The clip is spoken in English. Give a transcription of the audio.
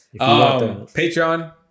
patreon